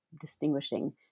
distinguishing